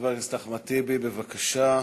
חבר הכנסת אחמד טיבי, בבקשה.